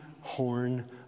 horn